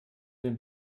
den